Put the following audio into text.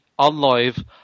OnLive